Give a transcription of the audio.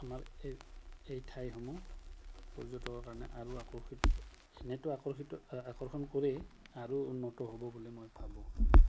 আমাৰ এই এই ঠাইসমূহ পৰ্যটকৰ কাৰণে আৰু আকৰ্ষিত এনেটো আকৰ্ষিত আকৰ্ষণ কৰি আৰু উন্নত হ'ব বুলি মই ভাবোঁ